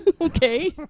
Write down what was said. Okay